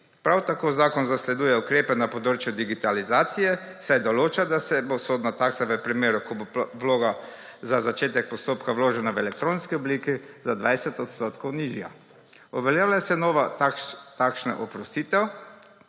Prav tako zakon zasleduje ukrepe na področju digitalizacije, saj določa, da se bo sodna taksa v primeru, ko bo vloga za začetek postopka vložena v elektronski obliki, za 20 odstotkov nižja. Uveljavlja se nova takšna oprostitev,